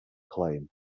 claim